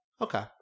Okay